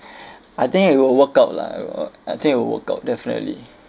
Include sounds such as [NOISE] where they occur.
[BREATH] I think it will work out lah [NOISE] I think it will work out definitely